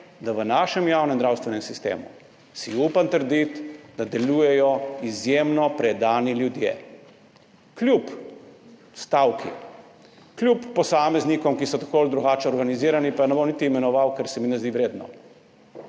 da v našem javnem zdravstvenem sistemu, si upam trditi, delujejo izjemno predani ljudje. Kljub stavki, kljub posameznikom, ki so tako ali drugače organizirani, pa jih ne bom niti imenoval, ker se mi ne zdi vredno,